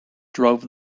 drove